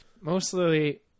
Mostly